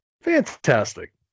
Fantastic